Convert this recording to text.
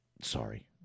Sorry